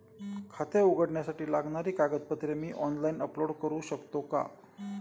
खाते उघडण्यासाठी लागणारी कागदपत्रे मी ऑनलाइन अपलोड करू शकतो का?